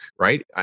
Right